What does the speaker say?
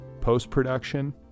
post-production